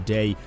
Day